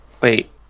Wait